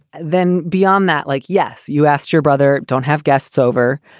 then beyond that, like. yes, you asked your brother don't have guests over.